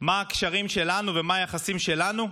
מה הקשרים שלנו ומה היחסים שלנו,